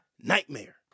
nightmare